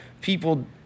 people